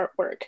artwork